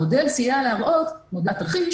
המודל סייע להראות בתרחיש,